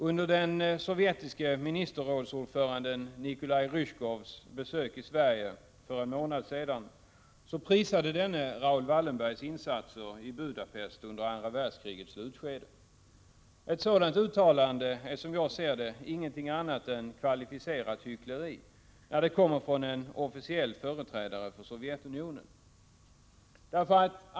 Under den sovjetiske ministerrådsordföranden Nikolaj Ryzjkovs besök i Sverige för en månad sedan prisade denne Raoul Wallenbergs insatser i Budapest under andra världskrigets slutskede. Ett sådant uttalande är, som jag ser det, ingenting annat än kvalificerat hyckleri när det kommer från en officiell företrädare för Sovjetunionen.